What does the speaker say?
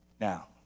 Now